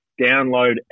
download